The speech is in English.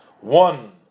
one